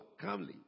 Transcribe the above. calmly